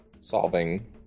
solving